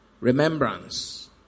remembrance